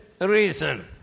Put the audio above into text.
reason